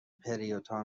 پریودها